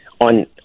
on